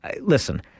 Listen